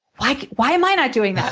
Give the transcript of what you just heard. why why am i not doing that?